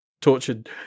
tortured